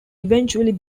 eventually